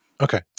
Okay